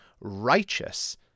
righteous